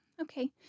okay